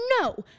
no